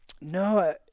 No